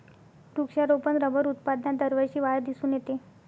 वृक्षारोपण रबर उत्पादनात दरवर्षी वाढ दिसून येते